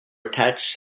attached